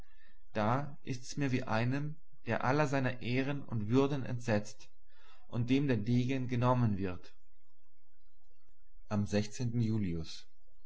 spricht da ist mir's wie einem der aller seiner ehren und würden entsetzt und dem der degen genommen wird am julius